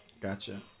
Gotcha